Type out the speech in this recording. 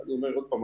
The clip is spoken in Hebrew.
אני אומר עוד פעם,